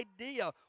idea